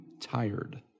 tired